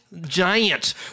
giant